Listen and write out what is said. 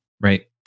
right